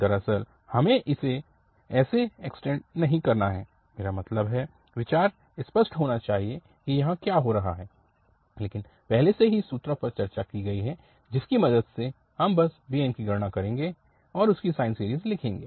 दरअसल हमें इसे एक्सटेंड नहीं करना है मेरा मतलब है विचार स्पष्ट होना चाहिए कि यहाँ क्या हो रहा है लेकिन पहले से ही सूत्रों पर चर्चा की है उनकी मदद से हम बस bn की गणना करेंगे और इसकी साइन सीरीज़ लिखेंगे